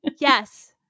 yes